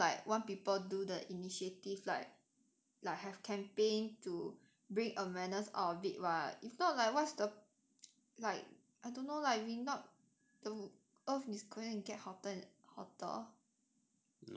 but 一定要 like one people to do the initiative like like have campaign to bring awareness out of it [what] if not like what's the like I don't know lah like if not the earth is gonna get hotter and hotter